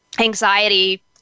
anxiety